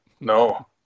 no